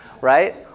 right